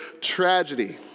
tragedy